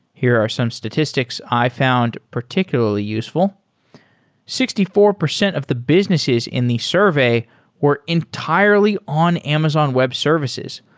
here are some statistics i found particularly useful sixty four percent of the businesses in the survey were entirely on amazon web services,